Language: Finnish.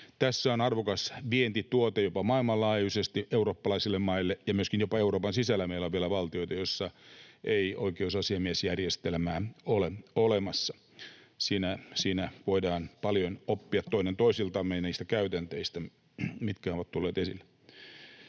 Tässä on arvokas vientituote jopa maailmanlaajuisesti eurooppalaisille maille. Jopa Euroopan sisällä meillä on vielä valtioita, joissa ei oikeusasiamiesjärjestelmää ole olemassa. Siinä voidaan paljon oppia toinen toisiltamme niistä käytänteistä, mitkä ovat tulleet esille.